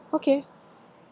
okay